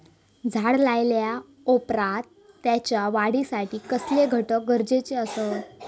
झाड लायल्या ओप्रात त्याच्या वाढीसाठी कसले घटक गरजेचे असत?